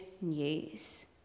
news